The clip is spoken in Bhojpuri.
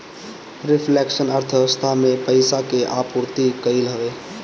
रिफ्लेक्शन अर्थव्यवस्था में पईसा के आपूर्ति कईल हवे